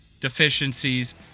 deficiencies